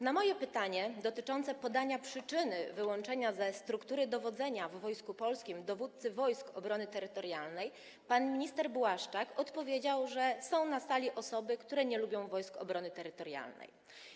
Na moje pytanie dotyczące podania przyczyny wyłączenia ze struktury dowodzenia w Wojsku Polskim dowódcy Wojsk Obrony Terytorialnej pan minister Błaszczak odpowiedział, że są na sali osoby, które nie lubią Wojsk Obrony Terytorialnej.